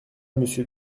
monsieur